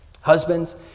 husbands